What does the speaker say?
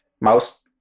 Mouse